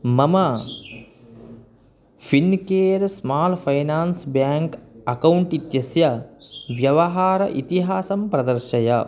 मम Fincare small finance bank account इत्यस्य व्यवहार इतिहासं प्रदर्शय